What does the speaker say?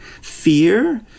fear